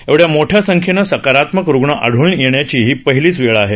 एवढ्या मोठ्या संख्येने सकारात्मक रूग्ण आढळून येण्याची ही पहिलीच वेळ आहे